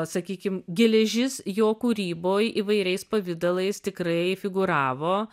sakykim geležis jo kūryboj įvairiais pavidalais tikrai figūravo